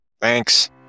Thanks